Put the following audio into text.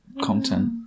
content